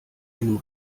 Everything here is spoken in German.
einem